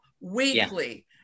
weekly